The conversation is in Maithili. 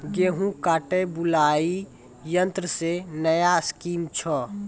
गेहूँ काटे बुलाई यंत्र से नया स्कीम छ?